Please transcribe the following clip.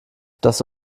das